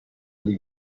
les